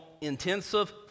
intensive